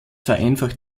vereinfacht